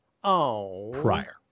prior